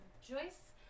Joyce